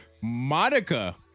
Monica